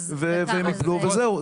והם ייפלו וזהו.